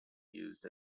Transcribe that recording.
used